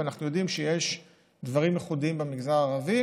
ואנחנו יודעים שיש דברים ייחודיים במגזר הערבי: